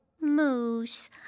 Moose